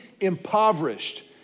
impoverished